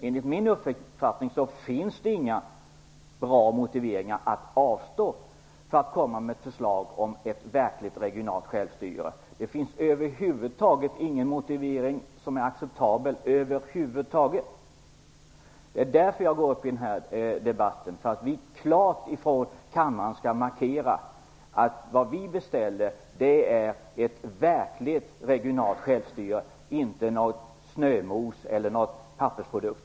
Enligt min uppfattning finns det inga bra motiveringar för att avstå från att komma med ett förslag om ett verkligt regionalt självstyre. Det finns över huvud taget ingen motivering som är acceptabel. Det är därför som jag går upp i den här debatten. Vi skall klart från kammaren markera att vad vi beställer är ett verkligt regionalt självstyre, inte något snömos eller någon pappersprodukt.